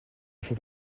faut